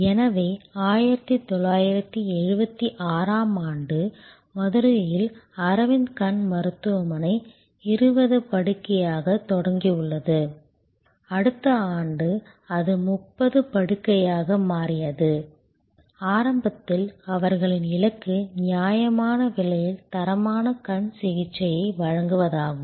எனவே 1976 ஆம் ஆண்டு மதுரையில் அரவிந்த் கண் மருத்துவமனை 20 படுக்கையாகத் தொடங்கியது அடுத்த ஆண்டு அது 30 படுக்கையாக மாறியது ஆரம்பத்தில் அவர்களின் இலக்கு நியாயமான விலையில் தரமான கண் சிகிச்சையை வழங்குவதாகும்